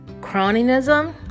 cronyism